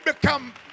become